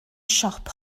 siop